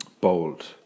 bold